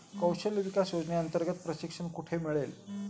कौशल्य विकास योजनेअंतर्गत प्रशिक्षण कुठे मिळेल?